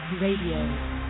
Radio